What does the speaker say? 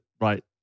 right